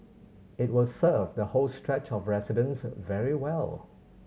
it will serve the whole stretch of residents very well